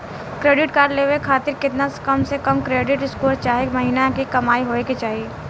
Credit card लेवे खातिर केतना कम से कम क्रेडिट स्कोर चाहे महीना के कमाई होए के चाही?